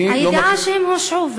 הידיעה היא שהם הושעו.